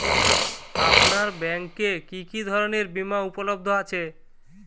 আপনার ব্যাঙ্ক এ কি কি ধরনের বিমা উপলব্ধ আছে?